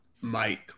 Mike